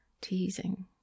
teasing